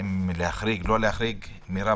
האם להחריג או לא להחריג מרב,